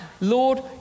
Lord